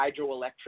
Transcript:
hydroelectric